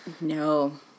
No